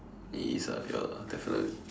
it is ah ya definitely